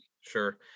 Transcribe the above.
Sure